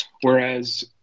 Whereas